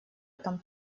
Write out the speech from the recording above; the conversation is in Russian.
этом